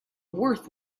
worth